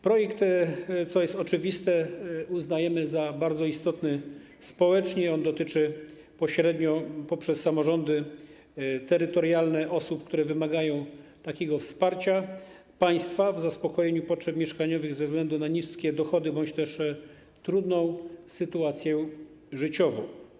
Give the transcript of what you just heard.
Projekt, co jest oczywiste, uznajemy za bardzo istotny społecznie, on dotyczy pośrednio poprzez samorządy terytorialne osób, które wymagają wsparcia państwa w zaspokojeniu potrzeb mieszkaniowych ze względu na niskie dochody bądź też trudną sytuację życiową.